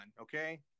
okay